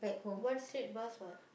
one straight bus [what]